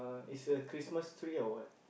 is a Christmas tree or what